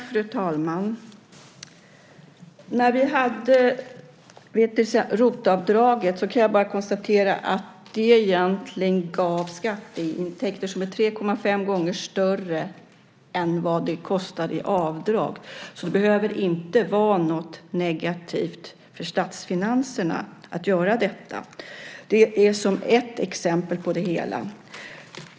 Fru talman! Jag kan konstatera att ROT-avdraget gav skatteintäkter som är 3,5 gånger större än vad det kostade i avdrag. Det behöver alltså inte vara något negativt för statsfinanserna att göra detta. Detta är ett exempel på det hela.